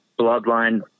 bloodline